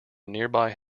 nearby